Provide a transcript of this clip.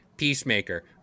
Peacemaker